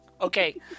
okay